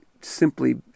simply